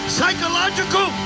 Psychological